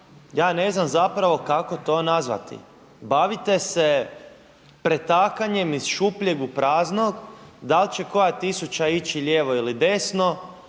ja ne znam zapravo kako to nazvati. Bavite se pretakanjem iz šupljeg u prazno, da li će koja tisuća ići lijevo ili desno,